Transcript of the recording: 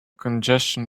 congestion